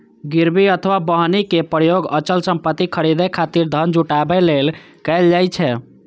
गिरवी अथवा बन्हकी के उपयोग अचल संपत्ति खरीदै खातिर धन जुटाबै लेल कैल जाइ छै